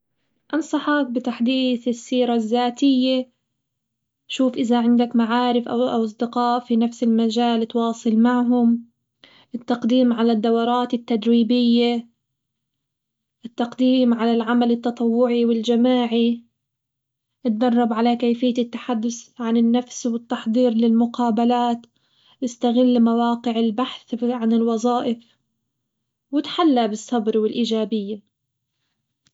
أنصحك بتحديث السيرة الذاتية، شوف إذا عندك معارف أو أصدقاء في نفس المجال اتواصل معهم، التقديم على الدورات التدريبية، التقديم على العمل التطوعي والجماعي، اتدرب على كيفية التحدث عن النفس والتحضير للمقابلات، استغل مواقع البحث ف- عن الوظائف واتحلى بالصبر والإيجابية.